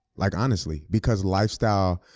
like, honestly, because lifestyle,